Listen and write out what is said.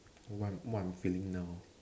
what what I'm feeling now